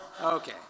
Okay